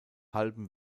halbem